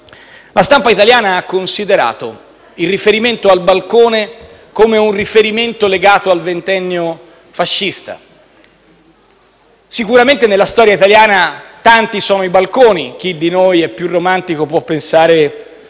La stampa italiana ha considerato il riferimento al balcone come un riferimento legato al ventennio fascista. Sicuramente nella storia italiana tanti sono i balconi: chi di noi è più romantico può pensare